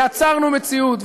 יצרנו מציאות,